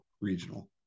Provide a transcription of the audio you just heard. regional